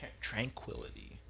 tranquility